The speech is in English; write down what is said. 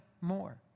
more